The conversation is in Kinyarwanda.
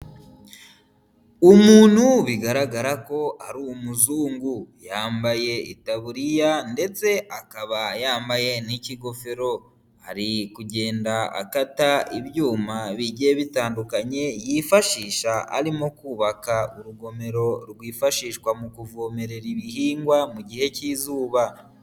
Umuntu bigaragara ko ari umuzungu, yambaye itaburiya ndetse akaba yambaye n'ikigofero, ari kugenda akata ibyuma bigiye bitandukanye yifashisha arimo kubaka urugomero rwifashishwa mu kuvomerera ibihingwa mu gihe cy'izuba.